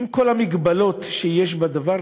עם כל המגבלות שיש לדבר,